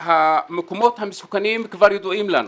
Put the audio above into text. המקומות המסוכנים כבר ידועים לנו.